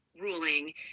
ruling